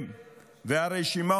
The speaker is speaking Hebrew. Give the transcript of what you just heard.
כמעט מיליארד.